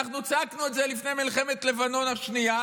אנחנו צעקנו את לפני מלחמת לבנון השנייה